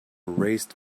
raised